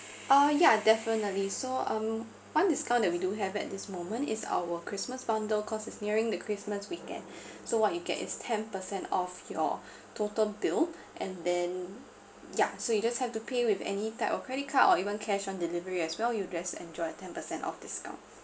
uh yeah definitely so um one discount that we do have at this moment is our christmas bundle cause it's nearing the christmas weekend so what you get is ten percent off your total bill and then yeah so you just have to pay with any type of credit card or even cash on delivery as well you just enjoy a ten percent off discount